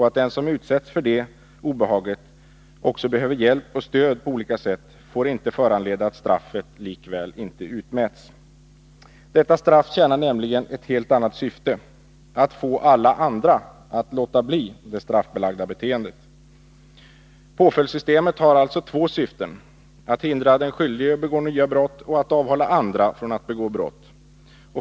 Att den som utsätts för detta obehag också behöver hjälp och stöd på olika sätt får inte föranleda att straffet likväl inte utmäts. Detta straff tjänar nämligen ett helt annat syfte: att få alla andra att låta bli det straffbelagda beteendet. Påföljdssystemet har alltså två syften: att hindra den skyldige att begå nya brott och att avhålla andra från att begå brott.